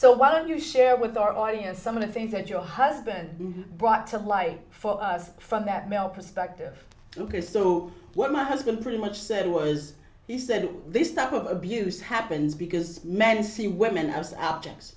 so why don't you share with our audience some of the things that your husband brought to light for us from that male perspective to pursue what my husband pretty much said was he said this type of abuse happens because men see women as